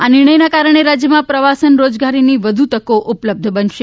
આ નિર્ણયના કારણે રાજ્યમાં પ્રવાસન રોજગારીની વધુ તકો ઉપલબ્ધ બનશે